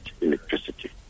electricity